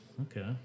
Okay